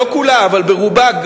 לא כולם אבל ברובם,